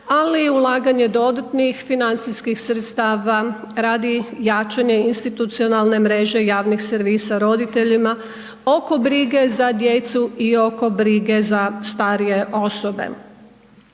i ulaganje dodatnih financijskih sredstava radi jačanje institucionalne mreže javnih servisa roditeljima oko brige za djecu i oko brige za starije osobe.